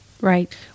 Right